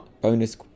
bonus